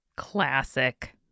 Classic